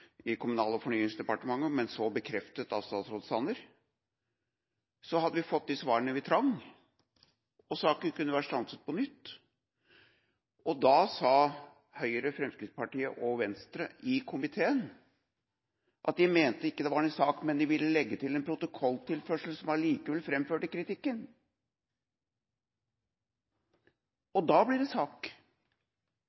i Kommunal- og fornyingsdepartementet, men så bekreftet av statsråd Sanner – hadde vi fått de svarene vi trengte, og saken kunne på nytt vært stanset. Da sa Høyre, Fremskrittspartiet og Venstre i komiteen at de mente det ikke var en sak, men de ville legge til en protokolltilførsel som allikevel framførte kritikken.